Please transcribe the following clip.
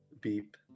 beep